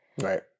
Right